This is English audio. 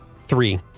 Three